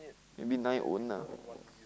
you mean nine own ah